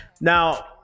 now